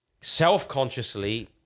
self-consciously